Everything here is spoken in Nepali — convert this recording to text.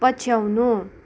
पछ्याउनु